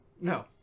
No